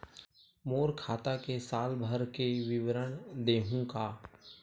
मोर खाता के साल भर के विवरण देहू का?